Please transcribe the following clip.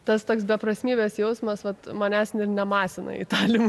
tas toks beprasmybės jausmas vat manęs nemasina į tą